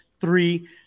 three